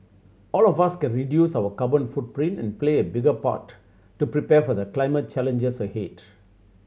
all of us can reduce our carbon footprint and play a big part to prepare for the climate challenges